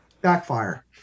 backfire